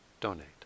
donate